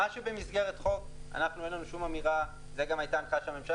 אין לנו שום אמירה למה שהוא במסגרת חוק זו גם הייתה הנחייה של הממשלה.